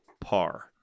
par